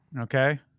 Okay